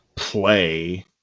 play